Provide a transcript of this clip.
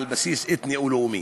על בסיס אתני או לאומי.